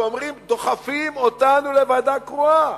ואומרים: דוחפים אותנו לוועדה קרואה.